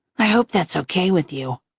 i hope that's okay with you.